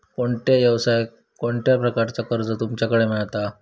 कोणत्या यवसाय कोणत्या प्रकारचा कर्ज तुमच्याकडे मेलता?